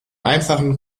einfachen